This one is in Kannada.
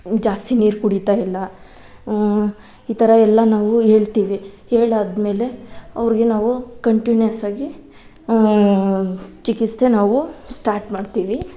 ಜಾಸ್ತಿ ನೀರು ಕುಡೀತಾಯಿಲ್ಲ ಈ ಥರ ಎಲ್ಲ ನಾವು ಹೇಳ್ತೀವಿ ಹೇಳಾದ್ಮೇಲೆ ಅವ್ರಿಗೆ ನಾವು ಕಂಟಿನ್ಯೂಸಾಗಿ ಚಿಕಿತ್ಸೆ ನಾವು ಸ್ಟಾರ್ಟ್ ಮಾಡ್ತೀವಿ